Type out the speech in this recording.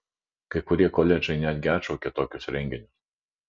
kai kurie koledžai netgi atšaukė tokius renginius